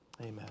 Amen